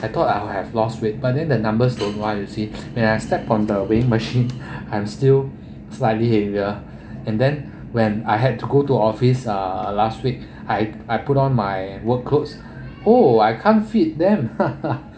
I thought I have lost weight but then the numbers don't lie you see when I step on the weighing machine I'm still slightly heavier and then when I had to go to office uh last week I I put on my work clothes oh I can't fit them